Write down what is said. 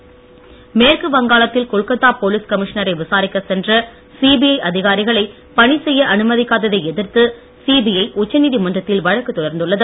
கொல்கத்தா நீதிமன்றம் மேற்கு வங்காளத்தில் கொல்கத்தா போலீஸ் கமிஷ்னரை விசாரிக்க சென்ற சிபிஐ அதிகாரிகளை பணி செய்ய அனுமதிக்காததை எதிர்த்து சிபிஐ உச்சநீதிமன்றத்தில் வழக்கு தொடர்ந்துள்ளது